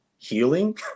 healing